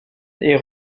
est